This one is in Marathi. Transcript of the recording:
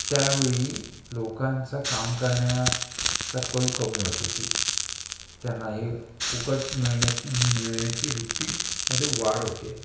त्यावेळी लोकांचा काम करण्याचा कल कमी होत होत त्यानं हे फुकट मिळण्याची मिळण्याची वृत्तीमध्ये वाढ होते